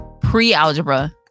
pre-algebra